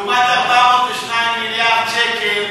לעומת ה-402 מיליארד שקל,